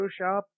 Photoshop